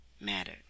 mattered